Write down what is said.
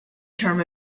term